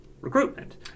recruitment